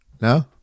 No